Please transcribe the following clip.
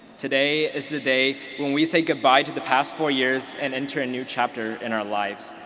today is the day when we say goodbye to the past four years and enter a new chapter in our lives.